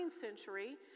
century